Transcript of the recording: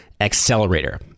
accelerator